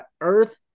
earth